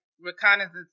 reconnaissance